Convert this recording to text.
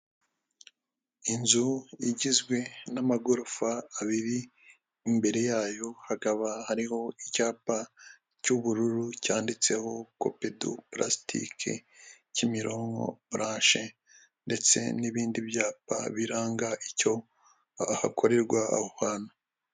Inzu igizwe n'amagorofa abiri, imbere yayo hakaba hariho icyapa cy'ubururu cyanditseho copedu purasitike, Kimironko buranshi. Ndetse n'ibindi byapa biranga icyo hakorerwa aho hantu.